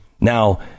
Now